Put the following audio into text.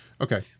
Okay